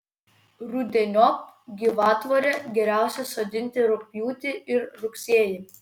rudeniop gyvatvorę geriausia sodinti rugpjūtį ir rugsėjį